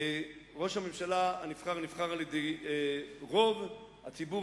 ראש הממשלה נבחר על-ידי רוב הציבור